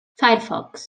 firefox